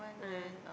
ah